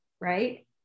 right